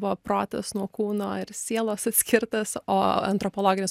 buvo protas nuo kūno ir sielos atskirtas o antropologinis